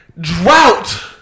drought